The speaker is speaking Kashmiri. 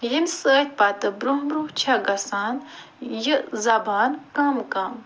ییٚمہِ سۭتۍ پتہٕ برٛونٛہہ برٛونٛہہ چھِ گژھان یہِ زبان کَم کَم